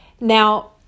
Now